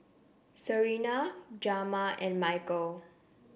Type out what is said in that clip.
Serena Jamar and Michal